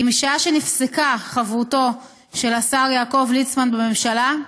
כי משעה שנפסקה חברותו של השר יעקב ליצמן בממשלה,